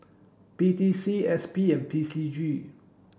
P T C S P and P C G